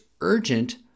urgent